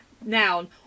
noun